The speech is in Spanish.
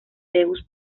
zeus